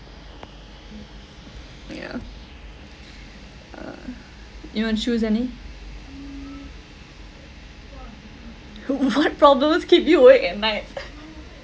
yeah uh you want to choose any wh~ what problems keep you awake at night